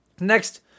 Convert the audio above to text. Next